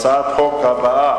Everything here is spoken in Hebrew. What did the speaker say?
הצעת החוק הבאה,